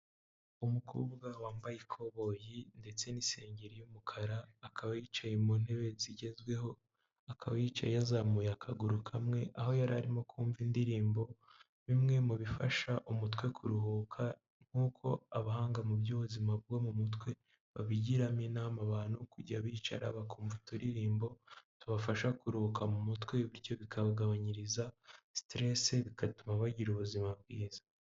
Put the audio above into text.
Umukobwa wambaye ikoboyi ndetse n'isengeri y'umukara akaba yicaye mu ntebe zigezweho, akaba yicaye yazamuye akaguru kamwe, aho yarimo kumva indirimbo, bimwe mu bifasha umutwe kuruhuka nk'uko abahanga mu by'ubuzima bwo mu mutwe babigiramo inama abantu kujya bicara bakumva uturirimbo tubafasha kuruhuka mu mutwe, bityo bikagabanyiriza sitirese bigatuma bagira ubuzima bwiza.